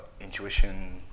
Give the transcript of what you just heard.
intuition